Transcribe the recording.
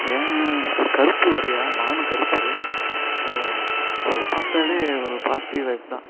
ஏன் அவர் கருப்பு வேறேயா நானும் கருப்பு ஸோ அவரை பார்த்தாலே ஒரு பாசிட்டிவ் வைப் தான்